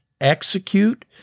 execute